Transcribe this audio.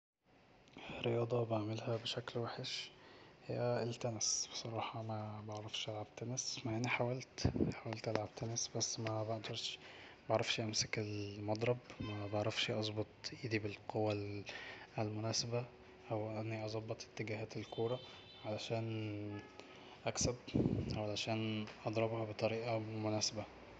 رياضة بعملها بشكل وحش هي التنس بصراحة مبعرفش العب تنس مع اني حاولت حاولت حاولت العب تنس بس ما بقدرش ما بعرفش امسك المضرب مبعرفش اظبط ايدي بالقوة المناسبة أو اني اظبط اتجاهات الكورة علشان اكسب وعلشان اضربها بطريقة مناسبة